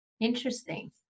Interesting